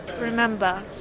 remember